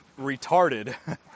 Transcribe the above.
retarded